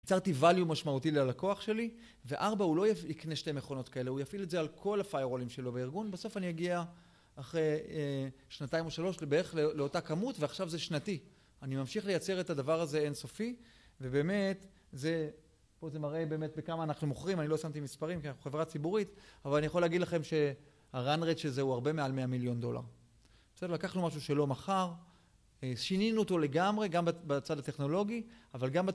ייצרתי ווליום משמעותי ללקוח שלי ו-4 הוא לא יקנה שתי מכונות כאלה, הוא יפעיל את זה על כל הפיירולים שלו בארגון. בסוף אני אגיע אחרי שנתיים או שלוש בערך לאותה כמות ועכשיו זה שנתי. אני ממשיך לייצר את הדבר הזה אינסופי ובאמת, זה, פה זה מראה באמת בכמה אנחנו מוכרים, אני לא שמתי מספרים כי אנחנו חברה ציבורית אבל אני יכול להגיד לכם שה-run rate של זה הוא הרבה מעל 100 מיליון דולר. בסדר לקחנו משהו שלא מכר, שינינו אותו לגמרי גם בצד הטכנולוגי, אבל גם בצד